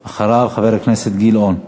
אחריו, חבר הכנסת גילאון.